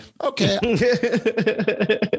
okay